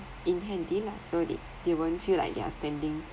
in handy lah so they they won't feel like they are spending